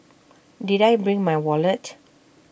did I bring my wallet